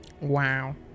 Wow